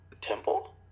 temple